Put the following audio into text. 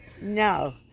no